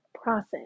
process